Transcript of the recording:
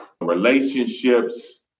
relationships